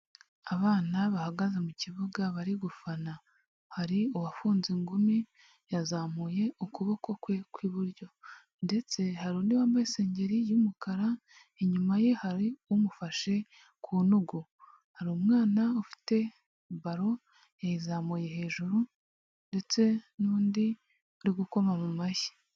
Abana bahagaze mu kibuga bari gufana, hari uwafunze ingumi yazamuye ukuboko kwe kw'iburyo, ndetse hari undi wambaye isengeri y'umukara, inyuma ye hari umufashe ku ntugu, hari umwana ufite baro yayizamuye hejuru ndetse n'undi uri gukoma mu mashyi.